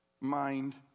mind